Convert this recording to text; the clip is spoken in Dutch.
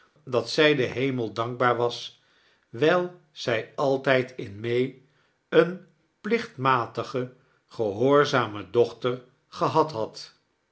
dat zij den hemel dankbaar was wijl zij altijd in may eene plichtmatige gehoorzame dochter gehad had